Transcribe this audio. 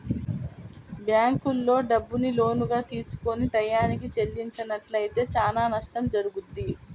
బ్యేంకుల్లో డబ్బుని లోనుగా తీసుకొని టైయ్యానికి చెల్లించనట్లయితే చానా నష్టం జరుగుద్ది